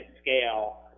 scale